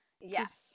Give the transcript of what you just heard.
Yes